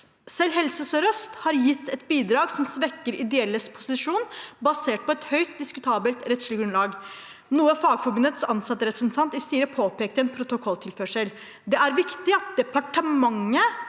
«Selv Helse Sør-Øst RHF har gitt et bidrag som svekker ideelles posisjon, basert på et høyst diskutabelt rettslig grunnlag, noe Fagforbundets ansatterepresentant i styret påpekte i en protokolltilførsel. Det er viktig at departementet